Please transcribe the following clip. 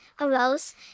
arose